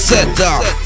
Setup